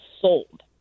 sold